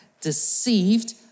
deceived